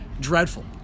dreadful